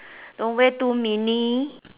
don't wear too mini